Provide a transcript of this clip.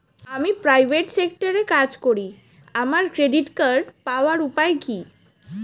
আমি প্রাইভেট সেক্টরে কাজ করি আমার ক্রেডিট কার্ড পাওয়ার উপায় কি?